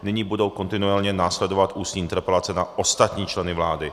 Nyní budou kontinuálně následovat ústní interpelace na ostatní členy vlády.